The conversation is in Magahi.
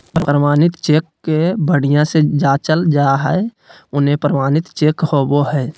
प्रमाणित चेक के बढ़िया से जाँचल जा हइ उहे प्रमाणित चेक होबो हइ